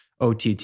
OTT